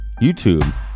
YouTube